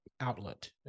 outlet